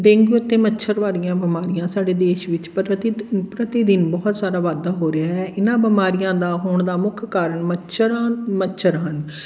dengue ਅਤੇ ਮੱਛਰ ਵਾਲੀਆਂ ਬਿਮਾਰੀਆਂ ਸਾਡੇ ਦੇਸ਼ ਵਿੱਚ ਪ੍ਰਤਿਤ ਪ੍ਰਤੀ ਦਿਨ ਬਹੁਤ ਸਾਰਾ ਵਾਧਾ ਹੋ ਰਿਹਾ ਹੈ ਇਹਨਾਂ ਬਿਮਾਰੀਆਂ ਦਾ ਹੋਣ ਦਾ ਮੁੱਖ ਕਾਰਨ ਮੱਛਰਾਂ ਮੱਛਰ ਹਨ